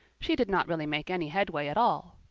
she did not really make any headway at all.